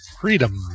Freedom